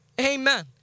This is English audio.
Amen